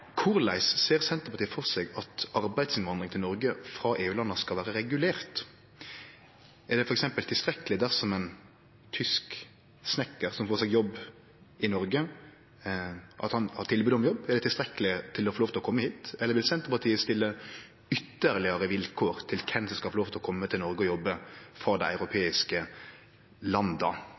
korleis ser Senterpartiet for seg at arbeidsinnvandring til Noreg frå EU-landa skal vere regulert? Er det f.eks. tilstrekkeleg, dersom ein tysk snikkar får seg jobb i Noreg, at han har tilbod om jobb? Er det tilstrekkeleg for å få lov til å kome hit, eller vil Senterpartiet setje ytterlegare vilkår for kven som skal få lov til å kome til Noreg og jobbe frå dei europeiske landa?